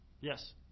Yes